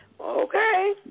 Okay